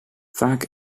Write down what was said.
vaak